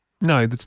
No